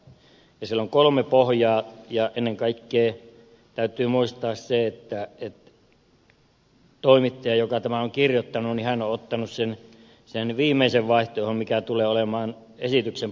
siellä on kolme pohjaa ja ennen kaikkea täytyy muistaa se että toimittaja joka tämän on kirjoittanut on ottanut sen viimeisen vaihtoehdon mikä tulee olemaan esityksen pohjanakin